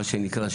מה שנקרא,